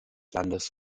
landes